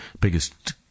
biggest